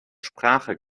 sprache